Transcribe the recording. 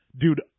dude